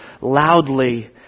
loudly